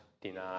deny